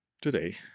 today